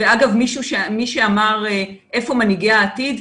ואגב מי שאמר איפה מנהיגי העתיד,